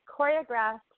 choreographed